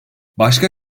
başka